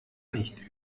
nicht